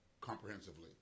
comprehensively